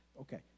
Okay